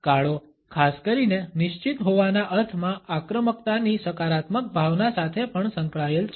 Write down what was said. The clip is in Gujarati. કાળો ખાસ કરીને નિશ્ચિત હોવાના અર્થમાં આક્રમકતાની સકારાત્મક ભાવના સાથે પણ સંકળાયેલ છે